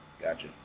Gotcha